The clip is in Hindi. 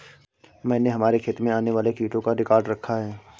मैंने हमारे खेत में आने वाले कीटों का रिकॉर्ड रखा है